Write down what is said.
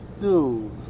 dude